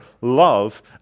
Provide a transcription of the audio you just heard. love